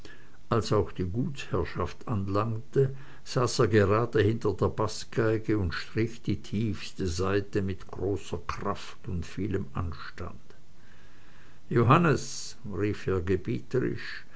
als auch die gutsherrschaft anlangte saß er gerade hinter der baßgeige und strich die tiefste saite mit großer kraft und vielem anstand johannes rief er